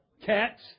cats